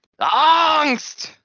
angst